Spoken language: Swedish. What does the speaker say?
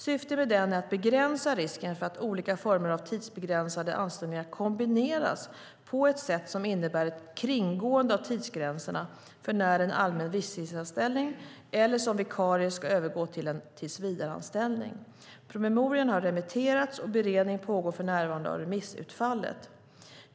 Syftet med denna är att begränsa risken för att olika former av tidsbegränsade anställningar kombineras på ett sätt som innebär ett kringgående av tidsgränserna för när en allmän visstidsanställning, eller en anställning som vikarie, ska övergå till en tillsvidareanställning. Promemorian har remitterats, och beredning pågår för närvarande av remissutfallet.